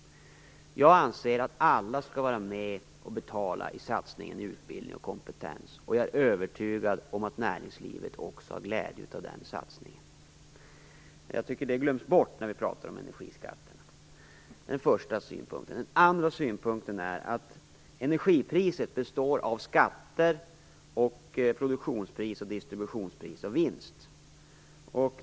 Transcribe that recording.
Jag anser att alla bör vara med och betala satsningen på utbildning och kompetens. Jag är övertygad om att också näringslivet har glädje av den satsningen. Jag tycker att det glöms bort när vi talar om energiskatterna. Det var den första synpunkten. Den andra synpunkten är att energipriset består av skatter, produktionspris, distributionspris och vinst.